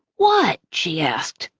what? she asked.